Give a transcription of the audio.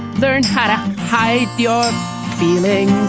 learn how to hide your feelings